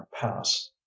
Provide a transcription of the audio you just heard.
pass